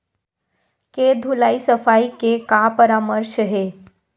के धुलाई सफाई के का परामर्श हे?